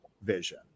vision